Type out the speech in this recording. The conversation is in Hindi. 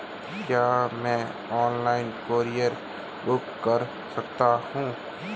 क्या मैं ऑनलाइन कूरियर बुक कर सकता हूँ?